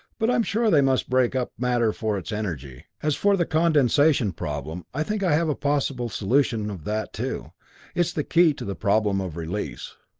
but i'm sure they must break up matter for its energy. as for the condensation problem, i think i have a possible solution of that too it's the key to the problem of release.